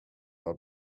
are